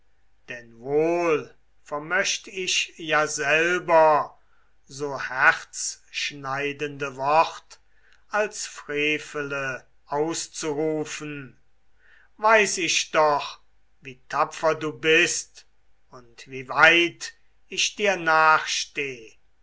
denn wohl vermöcht ich ja selber so herzschneidende wort als frevele auszurufen weiß ich doch wie tapfer du bist und wie weit ich dir